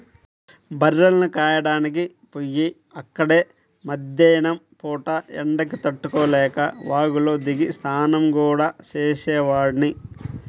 బర్రెల్ని కాయడానికి పొయ్యి అక్కడే మద్దేన్నం పూట ఎండకి తట్టుకోలేక వాగులో దిగి స్నానం గూడా చేసేవాడ్ని